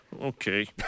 Okay